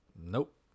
nope